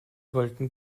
wollten